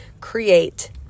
create